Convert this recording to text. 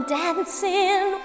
dancing